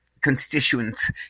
constituents